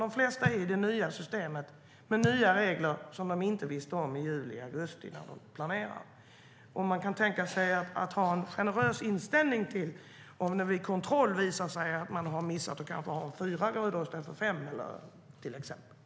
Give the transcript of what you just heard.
De flesta är i det nya systemet med nya regler som de inte visste om i juli och augusti när de planerade.